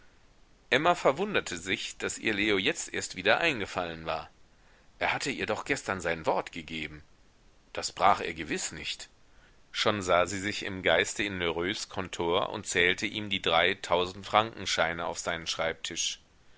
emma verwunderte sich daß ihr leo jetzt erst wieder eingefallen war er hatte ihr doch gestern sein wort gegeben das brach er gewiß nicht schon sah sie sich im geiste in lheureux kontor und zählte ihm die drei tausendfrankenscheine auf seinen schreibtisch